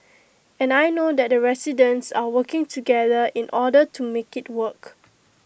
and I know that the residents are working together in order to make IT work